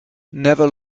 never